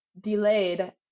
delayed